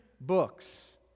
books